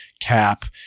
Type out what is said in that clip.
Cap